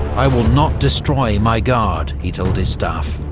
i will not destroy my guard, he told his staff,